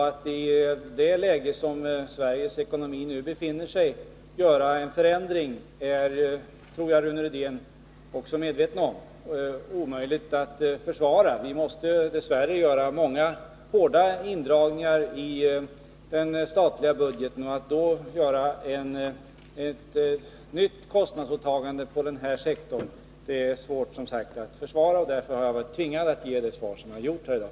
Att i det läge som Sveriges ekonomi nu befinner sig i göra en förändring är det omöjligt att försvara, det tror jag att Rune Rydén också är medveten om. Vi måste dess värre göra många hårda indragningar i den statliga budgeten, och att då göra ett nytt kostnadsåtagande inom denna sektor är svårt att försvara. Därför har jag varit tvingad att ge det svar som jag har givit här i dag.